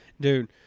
Dude